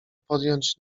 podjąć